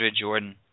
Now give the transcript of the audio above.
Jordan